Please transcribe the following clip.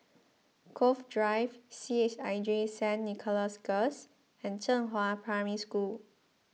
Cove Drive C H I J Saint Nicholas Girls and Zhenghua Primary School